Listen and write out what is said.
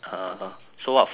so what food do you